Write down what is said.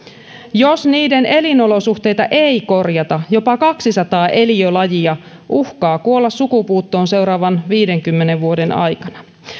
jos niiden elinolosuhteita ei korjata jopa kaksisataa eliölajia uhkaa kuolla sukupuuttoon seuraavan viidenkymmenen vuoden aikana